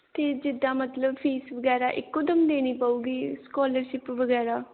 ਅਤੇ ਜਿੱਦਾਂ ਮਤਲਬ ਫੀਸ ਵਗੈਰਾ ਇੱਕੋ ਦਮ ਦੇਣੀ ਪਊਗੀ ਸਕੋਲਰਸ਼ਿਪ ਵਗੈਰਾ